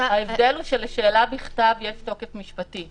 ההבדל הוא שלשאלה בכתב יש תוקף משפטי.